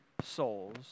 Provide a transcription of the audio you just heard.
souls